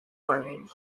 learning